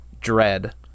Dread